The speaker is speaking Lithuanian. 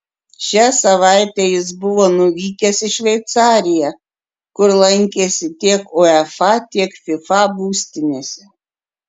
šią savaitę jis buvo nuvykęs į šveicariją kur lankėsi tiek uefa tiek fifa būstinėse